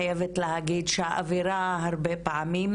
חייבת להגיד שהאווירה הרבה פעמים,